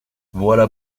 voilà